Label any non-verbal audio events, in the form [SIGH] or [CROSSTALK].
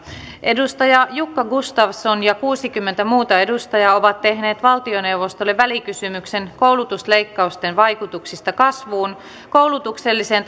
jukka gustafsson ja kuusikymmentä muuta edustajaa ovat tehneet valtioneuvostolle välikysymyksen yksi koulutusleikkausten vaikutuksista kasvuun koulutukselliseen [UNINTELLIGIBLE]